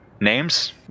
names